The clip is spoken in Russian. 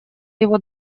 его